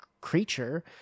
creature